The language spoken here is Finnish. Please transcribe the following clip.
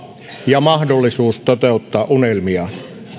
ja mahdollisuus toteuttaa unelmiaan